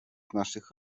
naszych